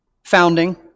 founding